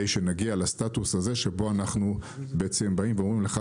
שנגיע לסטטוס הזה שבו אנחנו אומרים לך,